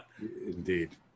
Indeed